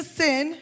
sin